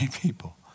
people